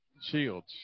Shields